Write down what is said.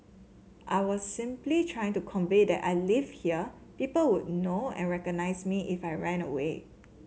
I was simply trying to convey that I lived here people would know and recognise me if I ran away